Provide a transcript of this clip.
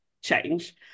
change